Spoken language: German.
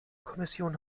kommission